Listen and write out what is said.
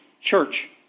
church